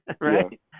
Right